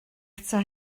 eto